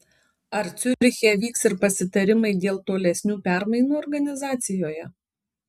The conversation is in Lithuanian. ar ciuriche vyks ir pasitarimai dėl tolesnių permainų organizacijoje